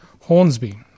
Hornsby